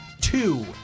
two